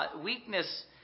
Weakness